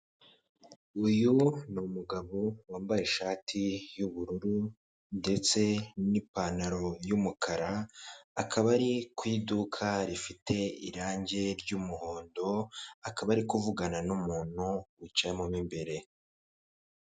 Uyu ni umugabo wambaye ishati y'ubururu ndetse n'ipantaro y'umukara akaba ari ku iduka rifite irange ry'umuhondo akaba ari kuvugana n'umuntu wicayemo imbere.